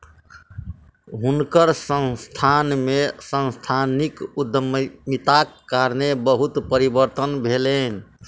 हुनकर संस्थान में सांस्थानिक उद्यमिताक कारणेँ बहुत परिवर्तन भेलैन